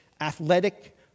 athletic